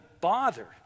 bother